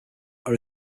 are